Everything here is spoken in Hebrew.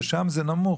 ששם זה נמוך.